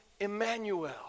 Emmanuel